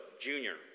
Junior